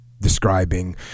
describing